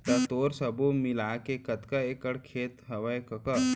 त तोर सब्बो मिलाके कतका एकड़ खेत हवय कका?